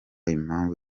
impamvu